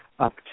up